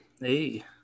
Hey